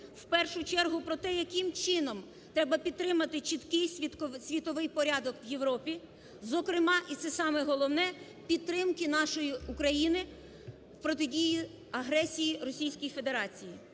в першу чергу, про те, яким чином треба підтримати чіткий світовий порядок в Європі, зокрема, і це саме головне, підтримки нашої України в протидії агресії Російській Федерації.